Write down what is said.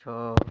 ଛଅ